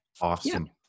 awesome